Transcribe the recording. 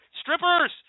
strippers